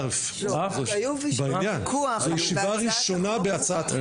זו ישיבה ראשונה בהצעת החוק.